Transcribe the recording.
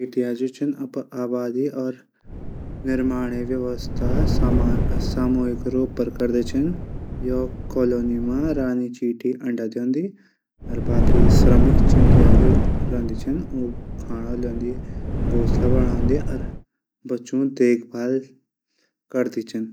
चींटियाँ जू छन अपड आवास और निमार्ण व्यवस्था सामुहिक रूप से करदा छन। यू कौलोनियों मा रानी अंडा दिंदा छन। चींटी अंडा दींदी। बाकी श्रमिक चिंटिंया ऊ खाणू लगदन घोसला बणादन बच्चों देखभाल करदा छन।